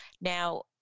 Now